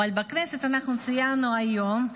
אבל בכנסת ציינו היום,